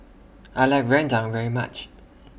I like Rendang very much